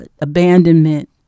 abandonment